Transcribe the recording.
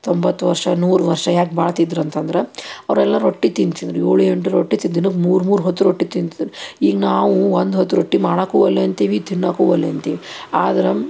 ತೊಂಬತ್ತು ವರ್ಷ ನೂರು ವರ್ಷ ಯಾಕೆ ಬಾಳ್ತಿದ್ರು ಅಂತಂದ್ರೆ ಅವರೆಲ್ಲ ರೊಟ್ಟಿ ತಿಂತಿದ್ದರು ಏಳು ಎಂಟು ರೊಟ್ಟಿ ತಿಂತಿದ್ದರು ಮೂರು ಮೂರು ಹೊತ್ತು ರೊಟ್ಟಿ ತಿಂತಿದ್ದರು ಈಗ ನಾವು ಒಂದು ಹೊತ್ತು ರೊಟ್ಟಿ ಮಾಡಕ್ಕೂ ಒಲ್ಲೆ ಅಂತೀವಿ ತಿನ್ನಕ್ಕೂ ಒಲ್ಲೆಅಂತೀವಿ ಆದ್ರೆ